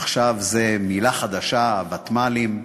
עכשיו זו מילה חדשה, ותמ"לים.